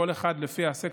כל אחד לפי הסקטור,